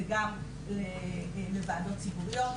זה גם לוועדות ציבוריות,